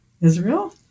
Israel